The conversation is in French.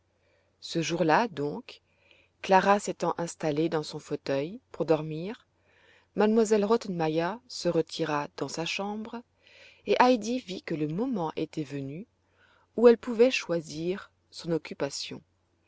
ce jour-là donc clara s'étant installée dans son fauteuil pour dormir m elle rottenmeier se retira dans sa chambre et heidi vit que le moment était venu où elle pouvait choisir son occupation